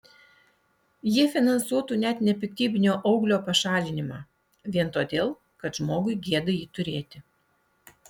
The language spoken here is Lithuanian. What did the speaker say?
jie finansuotų net nepiktybinio auglio pašalinimą vien todėl kad žmogui gėda jį turėti